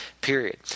Period